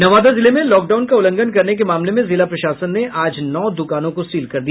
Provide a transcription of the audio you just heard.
नवादा जिले में लॉकडाउन का उल्लंघन करने के मामले में जिला प्रशासन ने आज नौ दुकानों को सील कर दिया